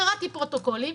קראתי פרוטוקולים,